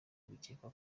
bikekwa